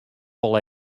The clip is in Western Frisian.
wol